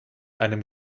einem